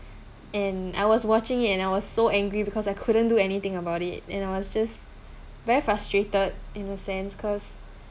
and I was watching it and I was so angry because I couldn't do anything about it and I was just very frustrated in a sense cause